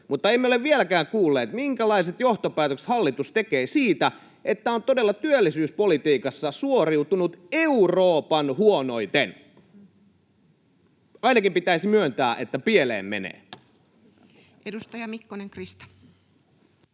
Mutta emme ole vieläkään kuulleet, minkälaiset johtopäätökset hallitus tekee siitä, että on todella työllisyyspolitiikassa suoriutunut Euroopan huonoiten. Ainakin pitäisi myöntää, että pieleen menee. [Speech 139] Speaker: